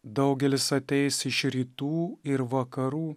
daugelis ateis iš rytų ir vakarų